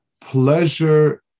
pleasure